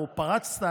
או פרצת,